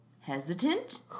hesitant